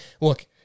Look